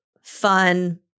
fun